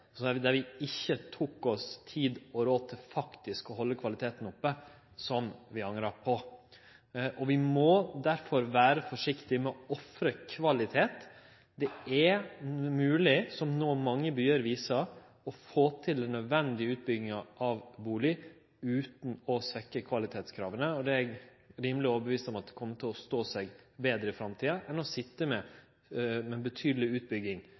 tok oss tid og råd til å halde kvaliteten oppe, som vi angrar på. Vi må derfor vere forsiktige med å ofre kvalitet. Det er mogleg, som no mange byar viser, å få til nødvendig utbygging av bustader utan å svekkje kvalitetskrava. Det er eg rimeleg overtydd om at kjem til å stå seg betre i framtida enn å sitje med ei betydeleg utbygging